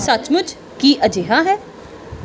ਸੱਚਮੁੱਚ ਕੀ ਅਜਿਹਾ ਹੈ